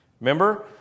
Remember